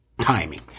timing